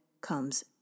comes